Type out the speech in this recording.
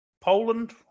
Poland